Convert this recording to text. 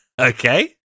Okay